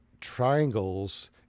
triangles